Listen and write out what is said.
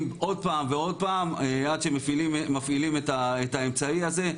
עוד פעם ועוד פעם עד שמפעילים את האמצעי הזה.